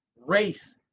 race